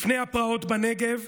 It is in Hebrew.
לפני הפרעות בנגב,